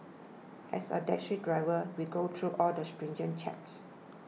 as a taxi driver we go through all the stringent checks